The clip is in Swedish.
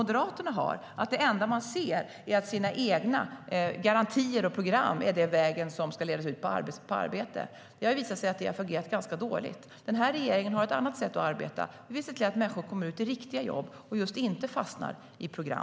Det enda de ser är att de egna garantierna och programmen är den väg som leder till arbete. Det har visat sig fungera ganska dåligt. Den här regeringen har ett annat sätt att arbeta. Vi vill se till att människor kommer ut i riktiga jobb och inte fastnar i just program.